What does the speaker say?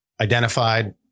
identified